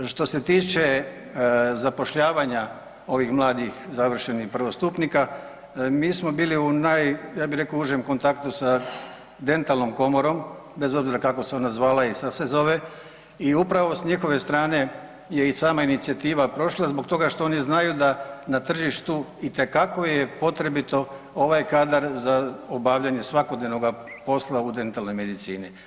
Što se tiče zapošljavanja ovih mladih završenih prvostupnika mi smo bili u naj ja bi rekao užem kontaktu sa dentalnom komorom bez obzira kako se ona zvala i sad se zove i upravo s njihove strane je i sama inicijativa prošla zbog toga što oni znaju da na tržištu itekako je potrebito ovaj kadar za obavljanje svakodnevnoga posla za obavljanje u dentalnoj medicini.